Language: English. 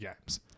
games